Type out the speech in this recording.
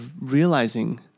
realizing